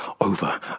Over